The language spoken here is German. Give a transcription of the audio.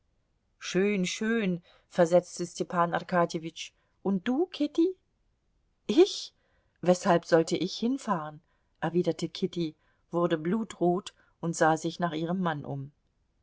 schön schön versetzte stepan arkadjewitsch und du kitty ich weshalb sollte ich hinfahren erwiderte kitty wurde blutrot und sah sich nach ihrem mann um